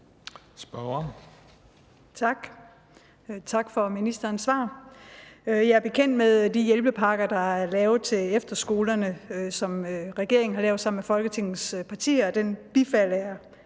Willumsen (V): Tak for ministerens svar. Jeg er bekendt med de hjælpepakker, der er lavet til efterskolerne, og som regeringen har lavet sammen med Folketingets partier – dem bifalder jeg.